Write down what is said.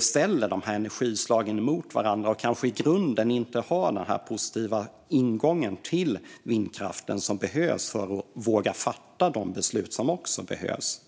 ställer dessa energislag mot varandra och kanske i grunden inte har den positiva ingång till vindkraften som behövs för att man ska våga fatta de beslut som också behövs.